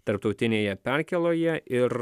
tarptautinėje perkėloje ir